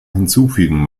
hinzufügen